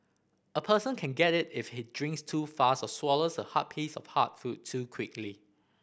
a person can get it if he drinks too fast or swallows a piece of hard food too quickly